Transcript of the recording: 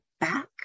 back